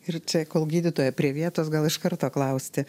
ir čia kol gydytoja prie vietos gal iš karto klausti